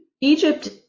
Egypt